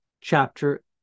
Chapter